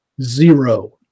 zero